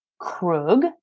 Krug